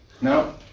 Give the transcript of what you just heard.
No